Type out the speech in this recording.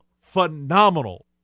phenomenal